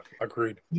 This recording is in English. agreed